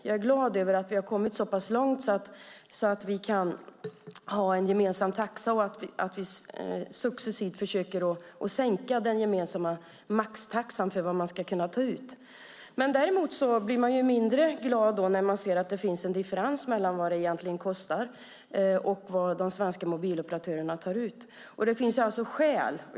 Jag är glad över att vi har kommit så pass långt att vi kan ha en gemensam taxa och att vi successivt försöker sänka den gemensamma maxtaxan för vad som ska kunna tas ut. Däremot blir man mindre glad när man ser att det finns en differens mellan vad det egentligen kostar och vad de svenska mobiloperatörerna tar ut.